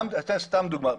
אני אתן סתם דוגמה,